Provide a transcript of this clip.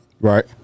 right